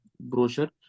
brochure